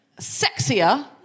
sexier